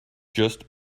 just